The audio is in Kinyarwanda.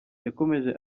yakomeje